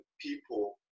People